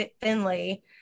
Finley